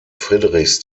friedrichs